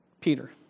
Peter